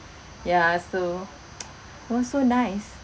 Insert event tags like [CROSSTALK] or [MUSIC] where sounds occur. ya so [NOISE] oh so nice